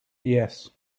yes